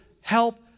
help